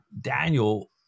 Daniel